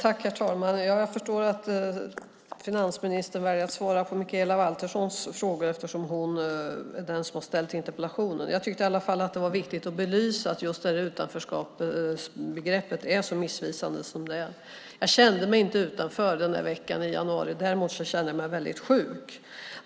Herr talman! Jag förstår att finansministern väljer att svara på Mikaela Valterssons frågor, eftersom hon är den som har ställt interpellationen. Jag tyckte i alla fall att det var viktigt att belysa att utanförskapsbegreppet är så missvisande. Jag kände mig inte utanför den där veckan i januari; däremot kände jag mig väldigt sjuk.